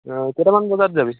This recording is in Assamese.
কেইটামান বজাত যাবি